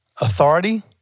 authority